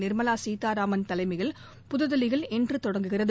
நிர்மலா சீதாராமன் தலைமையில் புதுதில்லியில் இன்று தொடங்குகிறது